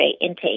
intake